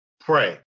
Pray